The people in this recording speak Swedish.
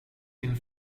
din